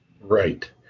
Right